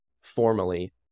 formally